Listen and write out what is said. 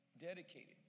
dedicated